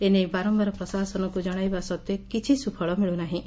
ଏନେଇ ବାରମ୍ଘାର ପ୍ରଶାସନକୁ ଜଣାଇବା ସତ୍ତେ କିଛି ସ୍ବଫଳ ମିଳୁନାହିଁ